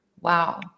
Wow